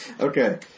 Okay